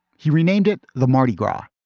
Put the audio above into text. he renamed it the mardi gras